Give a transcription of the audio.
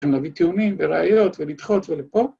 ‫גם להביא טיעונים וראיות ‫ולדחות ולפה.